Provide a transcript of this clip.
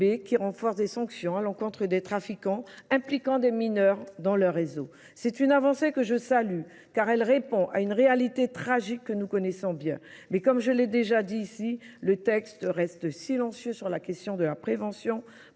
qui renforce des sanctions à l'encontre des trafiquants impliquant des mineurs dans leur réseau. C'est une avancée que je salue, car elle répond à une réalité tragique que nous connaissons bien. Mais comme je l'ai déjà dit ici, le texte reste silencieux sur la question de la prévention,